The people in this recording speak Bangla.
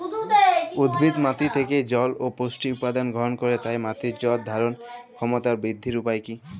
উদ্ভিদ মাটি থেকে জল ও পুষ্টি উপাদান গ্রহণ করে তাই মাটির জল ধারণ ক্ষমতার বৃদ্ধির উপায় কী?